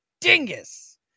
dingus